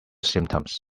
symptoms